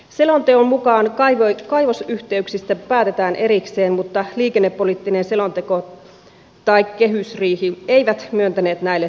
selonteon mukaan kaivosyhteyksistä päätetään erikseen mutta liikennepoliittinen selonteko tai kehysriihi eivät myöntäneet näille tarpeille rahoitusta